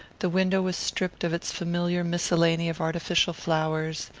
the window was stripped of its familiar miscellany of artificial flowers,